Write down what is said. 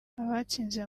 abatsinze